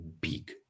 big